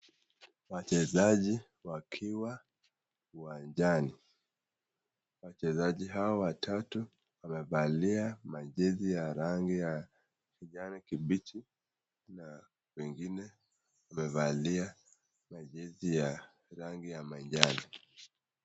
Wachezaji wakiwa uwanjani. Wachezaji hawa watatu wamevalia majezi ya rangi ya kijani kibichi na wengine wamevalia ya rangi ya manjano.